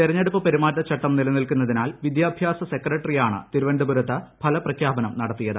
തെരഞ്ഞെടുപ്പ് പെരുമാറ്റച്ചട്ടം നിലനിൽക്കുന്നതിനാൽ വിദ്യാഭ്യാസ സെക്രട്ടറിയാണ് തിരുവനന്തപുരത്ത് ഫലപ്രഖ്യാപനം നടത്തിയത്